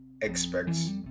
expects